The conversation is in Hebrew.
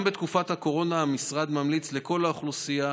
גם בתקופת הקורונה המשרד ממליץ לכל האוכלוסייה,